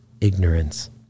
ignorance